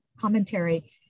commentary